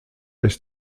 ist